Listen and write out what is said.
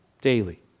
daily